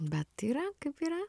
bet yra kaip yra